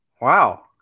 Wow